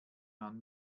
man